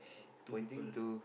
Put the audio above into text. two people